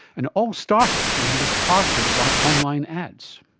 and it all started when he was targeted by online ads.